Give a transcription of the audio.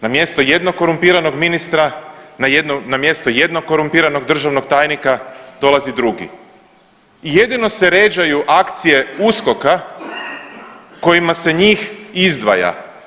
Na mjesto jednog korumpiranog ministra, na mjesto jednog korumpiranog državnog tajnika dolazi drugi i jedino se ređaju akcije USKOK-a kojima se njih izdvaja.